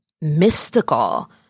mystical